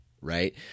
right